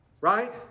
right